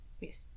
Yes